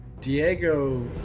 Diego